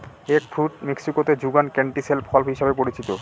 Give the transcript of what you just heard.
egg fruit মেক্সিকোতে যুগান ক্যান্টিসেল ফল হিসাবে পরিচিত